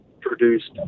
produced